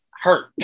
hurt